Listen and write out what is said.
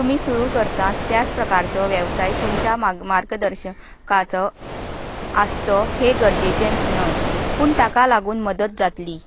तुमी सुरू करतात त्याच प्रकारचो वेवसाय तुमच्या माग मार्गदर्शकाचो आसचो हें गरजेचे न्हय पूण ताका लागून मदत जातली